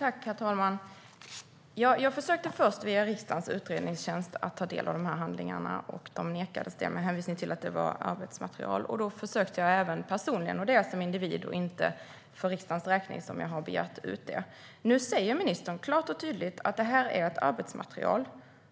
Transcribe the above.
Herr talman! Jag försökte först via riksdagens utredningstjänst ta del av de här handlingarna men nekades till det med hänvisning till att det var arbetsmaterial. Då försökte jag även personligen, alltså som individ och inte för riksdagens räkning, att begära ut det. Nu säger ministern klart och tydligt att det här är ett arbetsmaterial.